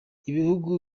ibihugu